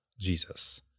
Jesus